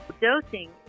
Dosing